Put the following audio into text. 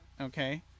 okay